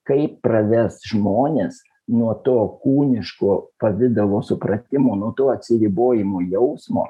kaip praves žmonės nuo to kūniško pavidalo supratimo nuo tų atsiribojimų jausmo